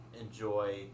enjoy